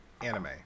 anime